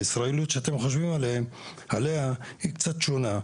הישראליות שאתם חושבים עליה היא קצת שונה,